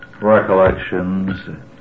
recollections